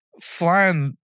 flying